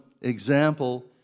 example